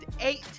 eight